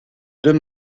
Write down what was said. deux